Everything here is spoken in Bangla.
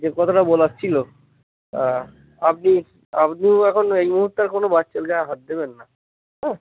যে কথাটা বলার ছিল আপনি আপনিও এখন এই মুহুর্তে আর কোনো বাচ্চার গায়ে হাত দেবেন না হ্যাঁ